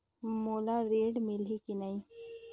मोला ऋण मिलही की नहीं?